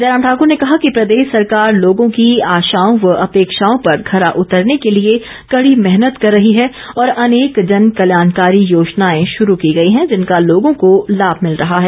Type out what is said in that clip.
जयराम ठाकूर ने कहा कि प्रदेश सरकार लोगों की आशाओं व अपेक्षाओं पर खरा उतरने के लिए कड़ी मेहनत कर रही है और अनेक जन कल्याणकारी योजनाएं शुरू की गई हैं जिनका लोगों को लाभ मिल रहा है